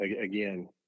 again